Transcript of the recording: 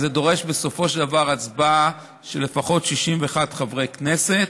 זה דורש בסופו של דבר הצבעה של לפחות 61 חברי כנסת.